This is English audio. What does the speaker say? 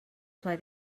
play